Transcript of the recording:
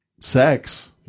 sex